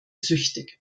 süchtig